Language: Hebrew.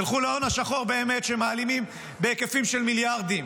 תלכו להון השחור באמת שמעלימים בהיקפים של מיליארדים,